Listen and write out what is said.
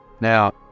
Now